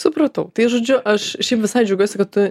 supratau tai žodžiu aš šiaip visai džiaugiuosi kad tu